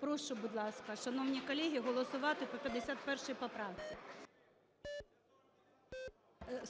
Прошу, будь ласка, шановні колеги, голосувати по 51 поправці.